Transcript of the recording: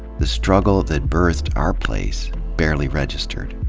the struggle that birthed our place barely registered.